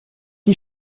die